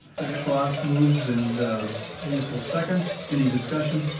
second. cross moves and musil seconds. any discussion?